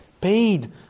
paid